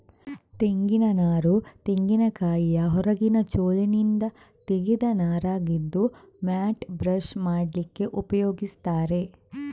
ತೆಂಗಿನ ನಾರು ತೆಂಗಿನಕಾಯಿಯ ಹೊರಗಿನ ಚೋಲಿನಿಂದ ತೆಗೆದ ನಾರಾಗಿದ್ದು ಮ್ಯಾಟ್, ಬ್ರಷ್ ಮಾಡ್ಲಿಕ್ಕೆ ಉಪಯೋಗಿಸ್ತಾರೆ